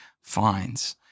finds